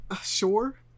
sure